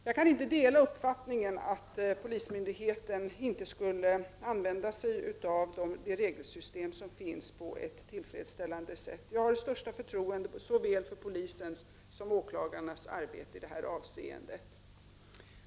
Jag kan inte dela uppfattningen att polismyndigheten inte på ett tillfredsställande sätt skulle använda det regelsystem som finns. Jag har det största förtroende för såväl polisens som åklagarnas arbete i det här avseendet.